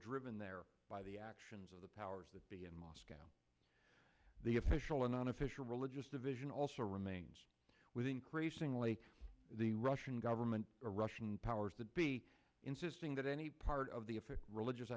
driven there by the actions of the powers that be in moscow the official and unofficial religious division also remains with increasingly the russian government or russian powers that be insisting that any part of the official religious